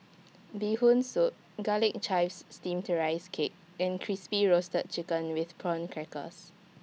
Bee Hoon Soup Garlic ChivesSteamed Rice Cake and Crispy Roasted Chicken with Prawn Crackers